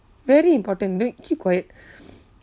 very important no need keep quiet